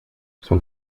son